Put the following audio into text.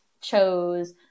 chose